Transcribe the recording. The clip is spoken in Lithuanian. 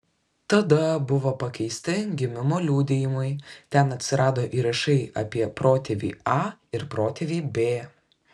tada buvo pakeisti gimimo liudijimai ten atsirado įrašai apie protėvį a ir protėvį b